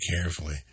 carefully